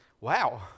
Wow